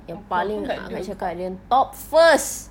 yang paling nak akak cakap dengan top first